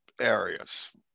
areas